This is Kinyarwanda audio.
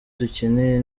dukeneye